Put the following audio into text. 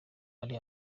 ari